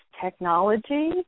technology